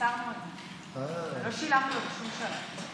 והסרנו את זה, אבל לא שילמנו לו בשום שלב.